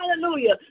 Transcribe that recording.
hallelujah